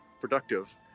productive